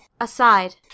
Aside—